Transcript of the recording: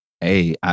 Hey